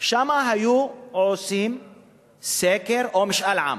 שם היו עושים סקר או משאל עם,